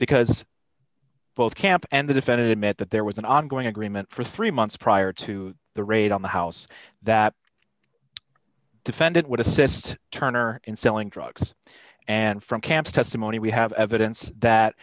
because both camp and the defendant admit that there was an ongoing agreement for three months prior to the raid on the house that defendant would assist turner in selling drugs and from camp testimony we have evidence that